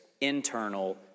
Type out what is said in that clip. internal